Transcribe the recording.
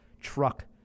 truck